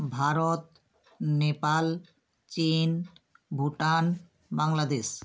Bharat Nepal Chin Bhutan Bangladesh